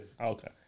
Okay